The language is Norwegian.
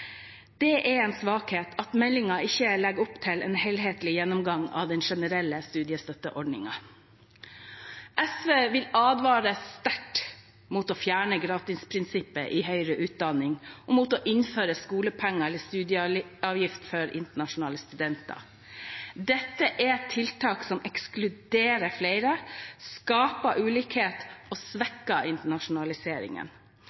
Det er en svakhet at meldingen ikke legger opp til en helhetlig gjennomgang av den generelle studiestøtteordningen. SV vil advare sterkt mot å fjerne gratisprinsippet i høyere utdanning, og mot å innføre skolepenger eller studieavgift for internasjonale studenter. Dette er tiltak som ekskluderer flere, skaper ulikhet og